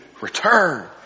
return